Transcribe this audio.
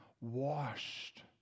washed